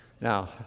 Now